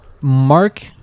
Mark